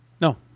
No